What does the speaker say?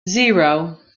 zero